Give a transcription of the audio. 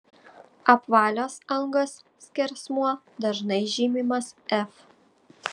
apvalios angos skersmuo dažnai žymimas f